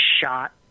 shot